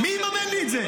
מי יממן לי את זה?